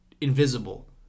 invisible